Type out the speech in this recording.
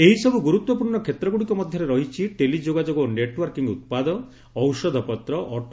ଏହିସବୁ ଗୁରୁତ୍ୱପୂର୍ଣ୍ଣ କ୍ଷେତ୍ରଗୁଡ଼ିକ ମଧ୍ୟରେ ରହିଛି ଟେଲି ଯୋଗାଯୋଗ ଓ ନେଟ୍ୱାର୍କିଂ ଉତ୍ପାଦ ଔଷଧପତ୍ର ଅଟେ